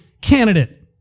candidate